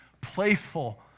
playful